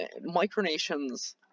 Micronations